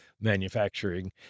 manufacturing